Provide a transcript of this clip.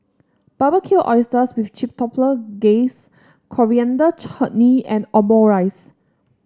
Barbecued Oysters with Chipotle Glaze Coriander Chutney and Omurice